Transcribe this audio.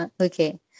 Okay